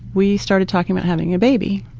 we started talking about having a baby